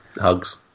hugs